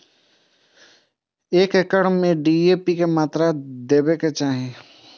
एक एकड़ में डी.ए.पी के मात्रा देबाक चाही?